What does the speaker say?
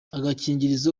agakingirizo